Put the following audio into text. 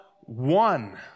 one